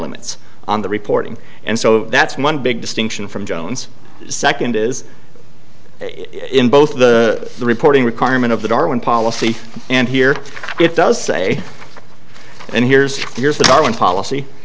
limits on the reporting and so that's one big distinction from jones second is in both the reporting requirement of the darwin policy and here it does say and here's here's the current policy